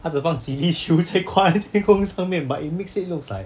她只放几粒球在挂天空上面 but it makes it looks like